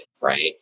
right